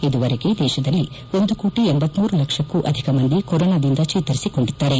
ಇದುವರೆಗೆ ದೇಶದಲ್ಲಿ ಒಂದು ಕೋಟ ಟ ಲಕ್ಷಕ್ಕೂ ಅಧಿಕ ಮಂದಿ ಕೊರೊನಾದಿಂದ ಚೇತರಿಸಿಕೊಂಡಿದ್ದಾರೆ